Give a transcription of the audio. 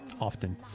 often